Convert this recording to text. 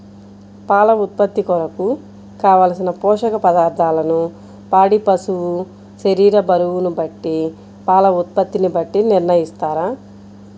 పాల ఉత్పత్తి కొరకు, కావలసిన పోషక పదార్ధములను పాడి పశువు శరీర బరువును బట్టి పాల ఉత్పత్తిని బట్టి నిర్ణయిస్తారా?